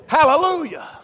Hallelujah